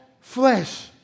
flesh